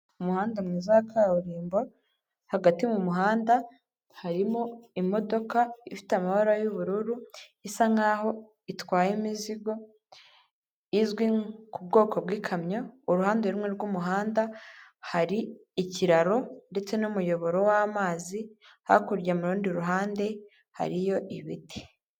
Umuhanda mwiza wa kaburimbo, hagati mu muhanda harimo imodoka ifite amabara y'ubururu, isa nk'aho itwaye imizigo, izwi ku bwoko bw'ikamyo, uruhande rumwe rw'umuhanda hari ikiraro ndetse n'umuyoboro w'amazi, hakurya mu rundi ruhande hariyo ibiti.